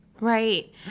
Right